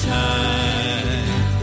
time